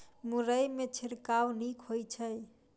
मुरई मे छिड़काव नीक होइ छै?